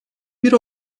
bir